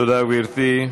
תודה, גברתי.